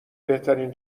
بهترین